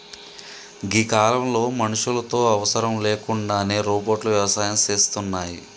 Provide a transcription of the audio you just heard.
గీ కాలంలో మనుషులతో అవసరం లేకుండానే రోబోట్లు వ్యవసాయం సేస్తున్నాయి